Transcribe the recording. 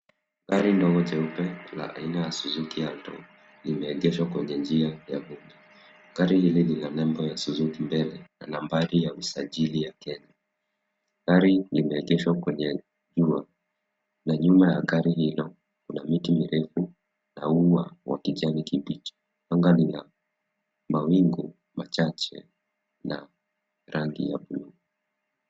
Gari ndogo jeupe la aina ya Suzuki alto, limeegeshwa kwenye njia ya boda. Gari hili lina nembo ya suzuki mbele na nambari ya usajili ya Kenya. Gari limeegeshwa kwenye nyuma, na nyuma ya gari hilo kuna miti mirefu na ua wa kijani kibichi, anga ni ya mawingu machache na rangi ya buluu.